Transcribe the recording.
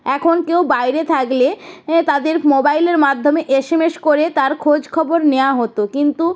এখন কেউ বাইরে থাকলে তাদের মোবাইলের মাধ্যমে এসএমএস করে তার খোঁজ খবর নেওয়া হতো কিন্তু